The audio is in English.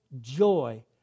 joy